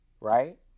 right